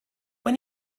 when